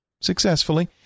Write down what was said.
successfully